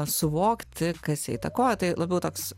suvokti kas ją įtakoja tai labiau toks